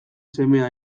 semea